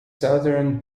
southern